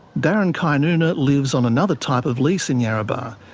darren kynuna lives on another type of lease in yarrabah.